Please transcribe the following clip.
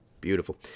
beautiful